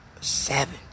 Seven